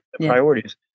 priorities